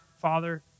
father